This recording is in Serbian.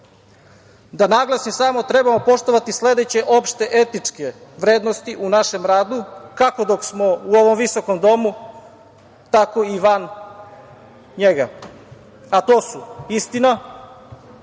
da naglasim, trebamo poštovati sledeće opšte etičke vrednosti u našem radu, kako dok smo u ovom visokom domu, tako i van njega, a to su: istina,